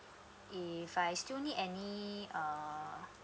if I still need any uh uh